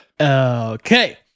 Okay